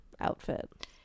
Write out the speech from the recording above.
outfit